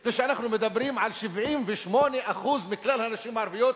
אנחנו מדברים על 78% מכלל הנשים הערביות,